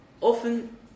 often